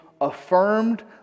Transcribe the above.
affirmed